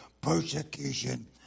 persecution